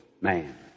man